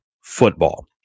football